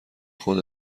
خود